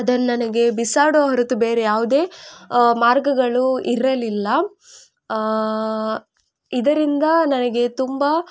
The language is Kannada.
ಅದನ್ನು ನನಗೆ ಬಿಸಾಡುವ ಹೊರತು ಬೇರೆ ಯಾವುದೇ ಮಾರ್ಗಗಳು ಇರಲಿಲ್ಲ ಇದರಿಂದ ನನಗೆ ತುಂಬ